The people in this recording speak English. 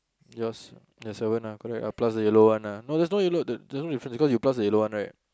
yours there's seven ah correct ah plus the yellow one ah no there's no yellow there there is no difference cause you plus the yellow one right